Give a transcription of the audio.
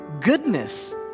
goodness